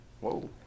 whoa